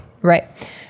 Right